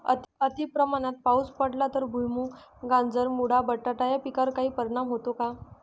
अतिप्रमाणात पाऊस पडला तर भुईमूग, गाजर, मुळा, बटाटा या पिकांवर काही परिणाम होतो का?